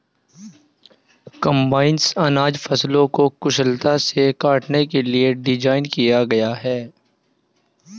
combines अनाज फसलों को कुशलता से काटने के लिए डिज़ाइन किया गया है